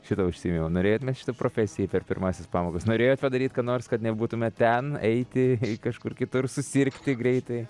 šito užsiėmimo norėjot mest šitą profesiją per pirmąsias pamokas norėjot padaryt ką nors kad nebūtumėt ten eiti kažkur kitur susirgti greitai